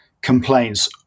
complaints